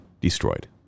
destroyed